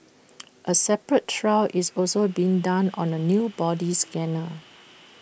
A separate trial is also being done on A new body scanner